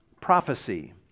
prophecy